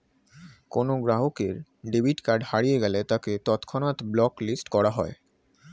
কোনো গ্রাহকের debit card হারিয়ে গেলে তাকে তৎক্ষণাৎ ব্লক লিস্ট করা হয়